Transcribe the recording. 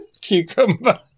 Cucumber